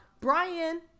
Brian